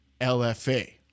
LFA